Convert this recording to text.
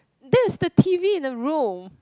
that is the t_v in the room